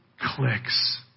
clicks